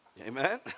Amen